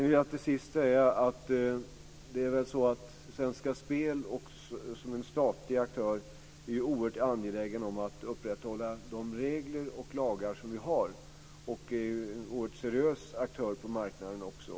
Till sist vill jag säga att Svenska Spel som en statlig aktör är oerhört angelägen om att upprätthålla de regler och lagar som vi har. Det är en oerhört seriös aktör på marknaden.